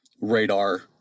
radar